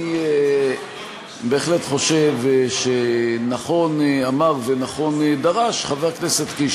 אני בהחלט חושב שנכון אמר ונכון דרש חבר הכנסת קיש